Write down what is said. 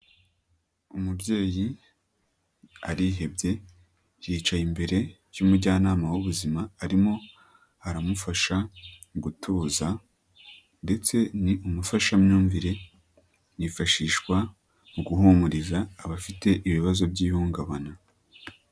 Umubyeyi arihebye yicaye imbere y'umujyanama w'ubuzima, arimo aramufasha gutuza ndetse ni umufashamyumvire, yifashishwa mu guhumuriza abafite ibibazo by'ihungabana.